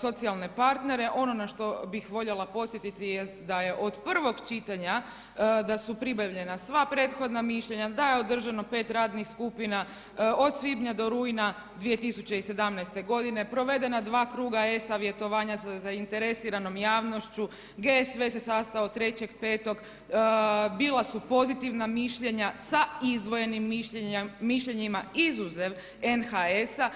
socijalne partnere, ono na što bih voljela podsjetiti da je od prvog čitanja da su pribavljena sva prethodna mišljenja, da je održano pet radnih skupina od svibnja do rujna 2017. godine, provedena dva kruga e-savjetovanja sa zainteresiranom javnošću, GSV se sastao 3.5., bila su pozitivna mišljenja sa izdvojenim mišljenjem NHS-a.